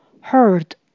Heard